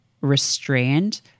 restrained